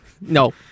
No